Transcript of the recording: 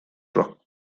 rock